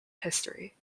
history